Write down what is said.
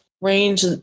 range